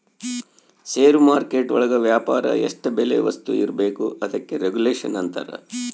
ಷೇರು market ಒಳಗ ವ್ಯಾಪಾರ ಎಷ್ಟ್ ಬೆಲೆ ವಸ್ತು ಇರ್ಬೇಕು ಅದಕ್ಕೆ ರೆಗುಲೇಷನ್ ಅಂತರ